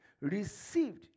received